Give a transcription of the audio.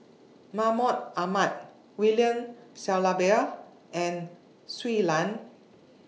Mahmud Ahmad William Shellabear and Shui Lan